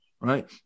right